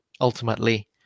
ultimately